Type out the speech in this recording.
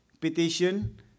petition